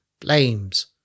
flames